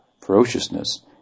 ferociousness